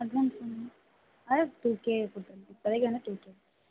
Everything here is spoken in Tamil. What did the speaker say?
அட்வான்ஸ் வந்து அது டூ கே கொடுத்துருங்க இப்போதைக்கு வந்து டூ கே